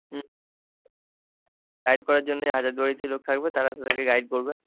হুম guide করার জন্যে হাজারদুয়ারিতে লোক থাকবে তারা গাইড করবে